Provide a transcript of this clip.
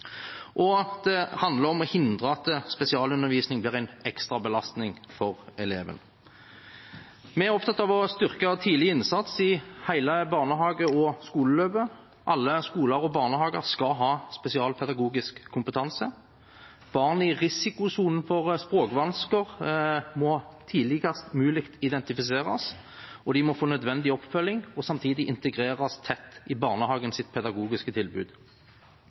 ufaglærte. Det handler også om å hindre at spesialundervisning blir en ekstra belastning for eleven. Vi er opptatt av å styrke tidlig innsats i hele barnehage- og skoleløpet. Alle skoler og barnehager skal ha spesialpedagogisk kompetanse. Barn i risikosonen for språkvansker må tidligst mulig identifiseres. De må få nødvendig oppfølging og samtidig integreres tett i barnehagens pedagogiske tilbud.